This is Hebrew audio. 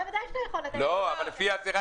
בוודאי שאתה יכול --- אבל לפי זה,